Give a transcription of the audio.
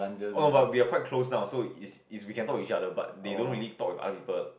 oh but we are quite close now so is is we can talk to each other but they don't really talk with other people